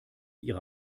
ihre